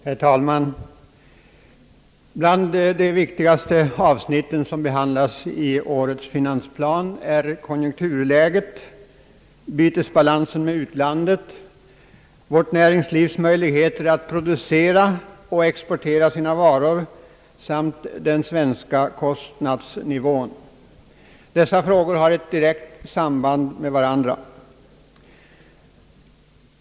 Herr talman! Bland de viktigaste avsnitten som behandlas i årets finansplan är konjunkturläget, bytesbalansen med utlandet, vårt näringslivs möjligheter att producera och exportera sina varor samt den svenska kostnadsnivån. Dessa frågor har ett direkt samband med varandra.